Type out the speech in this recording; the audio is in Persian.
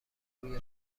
روی